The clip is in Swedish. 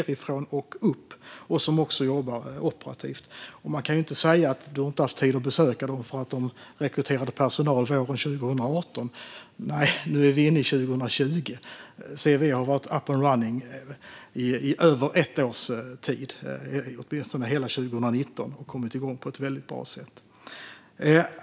Roger Haddad kan inte säga att han inte har haft tid att besöka dem eftersom de rekryterade personal våren 2018. Nu är vi inne i 2020, och CVE har varit up and running i över ett års tid, åtminstone hela 2019, och kommit igång på ett väldigt bra sätt.